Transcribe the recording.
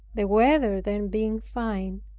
the weather then being fine.